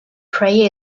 pray